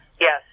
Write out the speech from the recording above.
yes